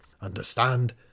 understand